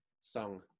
song